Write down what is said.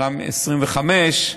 סעיף 25,